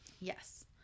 Yes